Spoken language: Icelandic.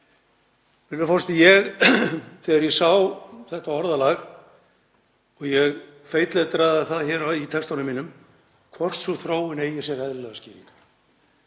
forseti. Þegar ég sá þetta orðalag, og ég feitletraði það í textanum mínum, hvort sú þróun eigi sér eðlilegar skýringar,